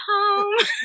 home